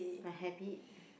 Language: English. my habit